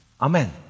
Amen